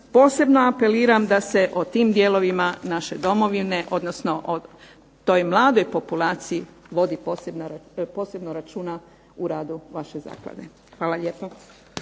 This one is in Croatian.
Posebno apeliram da se o tim dijelovima naše domovine, odnosno o toj mladoj populaciji vodi posebno računa u radu vaše zaklade. Hvala lijepa.